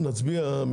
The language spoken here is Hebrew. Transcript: נצביע.